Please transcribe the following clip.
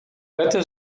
better